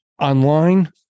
Online-